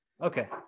Okay